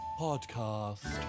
podcast